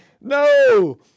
No